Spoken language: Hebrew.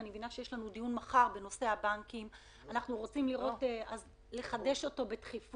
אני מבינה שיש מחר דיון בנושא הבנקים אז לחדש אותו בדחיפות.